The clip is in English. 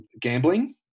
gambling